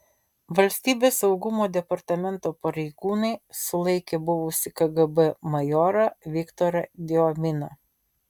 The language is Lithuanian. valstybės saugumo departamento pareigūnai sulaikė buvusį kgb majorą viktorą diominą